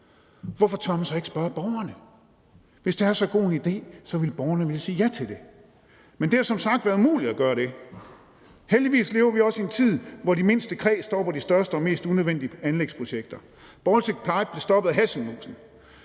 hvorfor tør man så ikke spørge borgerne? Hvis det er så god en idé, ville borgerne vel sige ja til det. Men det har som sagt været umuligt at gøre det. Heldigvis lever vi også i en tid, hvor de mindste kræ stopper de største og mest unødvendige anlægsprojekter. Baltic Pipe blev stoppet af hasselmusen.